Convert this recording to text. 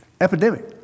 epidemic